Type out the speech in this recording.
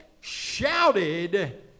shouted